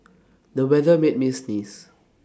the weather made me sneeze